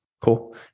Cool